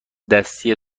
دستی